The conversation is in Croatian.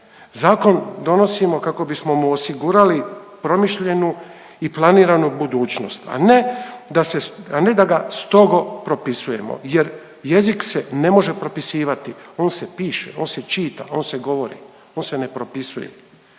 Zakon donosimo kako bismo mu osigurali promišljenu i planiranu budućnost, a ne da se, da ga strogo propisujemo jer jezik se ne može propisivati. On se piše, on se čita, on se govori, on se ne propisuje.